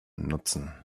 nutzen